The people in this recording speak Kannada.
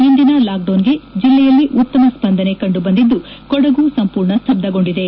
ಇಂದಿನ ಲಾಕ್ ಡೌನ್ಗೆ ಜಿಲ್ಲೆಯಲ್ಲಿ ಉತ್ತಮ ಸ್ವಂದನ ಕಂಡುಬಂದಿದ್ದು ಕೊಡಗು ಸಂಪೂರ್ಣ ಸ್ಥಬ್ತಗೊಂಡಿದೆ